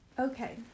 Okay